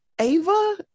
Ava